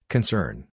Concern